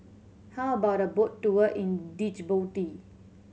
how about a boat tour in Djibouti